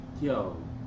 yo